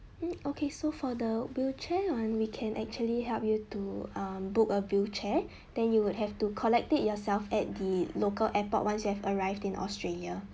mm okay so for the wheelchair uh we can actually help you to um book a wheelchair then you would have to collect it yourself at the local airport once you have arrived in australia